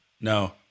No